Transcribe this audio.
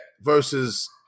versus